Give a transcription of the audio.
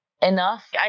enough